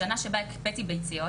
השנה שבה הקפאתי ביציות,